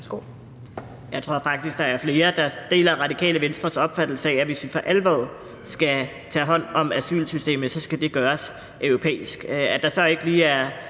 Jeg tror faktisk, at der er flere, der deler Radikale Venstres opfattelse af, at hvis vi for alvor skal tage hånd om asylsystemet, skal det gøres europæisk.